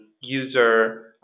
user